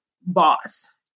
boss